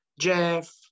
Jeff